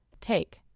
Take